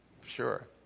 Sure